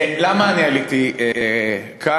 למה אני עליתי כאן?